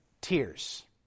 tears